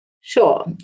Sure